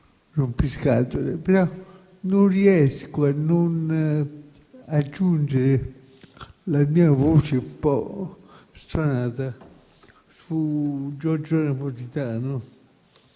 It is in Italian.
non riesco a non aggiungere la mia voce un po' stonata su Giorgio Napolitano,